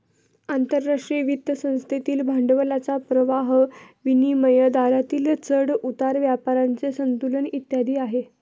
आंतरराष्ट्रीय वित्त संस्थेतील भांडवलाचा प्रवाह, विनिमय दरातील चढ उतार, व्यापाराचे संतुलन इत्यादी आहे